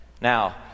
Now